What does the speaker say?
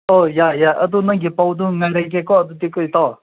ꯑꯣ ꯌꯥꯏ ꯌꯥꯏ ꯑꯗꯣ ꯅꯪꯒꯤ ꯄꯥꯎꯗꯣ ꯉꯥꯏꯔꯒꯦꯀꯣ ꯑꯗꯨꯗꯤꯀꯣ ꯏꯇꯥꯎ